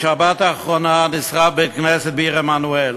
בשבת האחרונה נשרף בית-כנסת בעיר עמנואל.